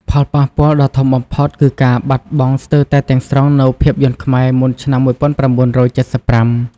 ផលប៉ះពាល់ដ៏ធំបំផុតគឺការបាត់បង់ស្ទើរតែទាំងស្រុងនូវភាពយន្តខ្មែរមុនឆ្នាំ ១៩៧៥។